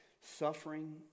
Suffering